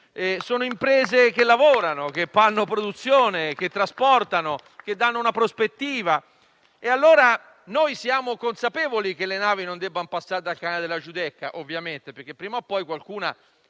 Sono imprese che lavorano, che fanno produzione, che trasportano, che danno una prospettiva. Noi siamo consapevoli che le navi non debbano passare dal canale della Giudecca, ovviamente, perché prima o poi qualcuna